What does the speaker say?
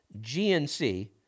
GNC